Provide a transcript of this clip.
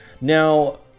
Now